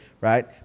right